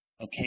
Okay